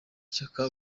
ishyaka